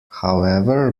however